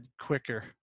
quicker